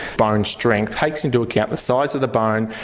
bone strength takes into account the size of the bone,